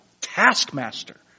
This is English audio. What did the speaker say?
taskmaster